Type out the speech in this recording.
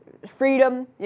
freedom